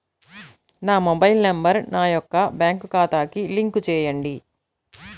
నా mobile number నా యొక్క బ్యాంక్ ఖాతాకి లింక్ చేయండీ?